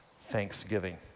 thanksgiving